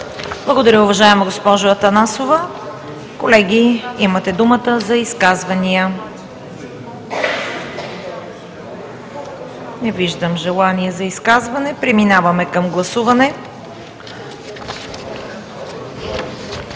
Благодаря, уважаема госпожо Атанасова. Колеги, имате думата за изказвания? Не виждам желание за изказване. Преминаваме към гласуване.